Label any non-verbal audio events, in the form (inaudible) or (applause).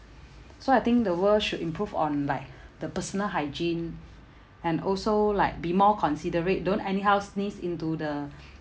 so I think the world should improve on like the personal hygiene and also like be more considerate don't anyhow sneeze into the (breath)